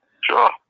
Sure